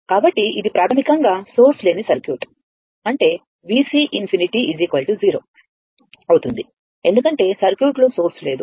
కాబట్టి ఇది ప్రాథమికంగా సోర్స్ లేని సర్క్యూట్ అంటే VC∞ 0 అవుతుంది ఎందుకంటే సర్క్యూట్లో సోర్స్ లేదు